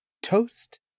toast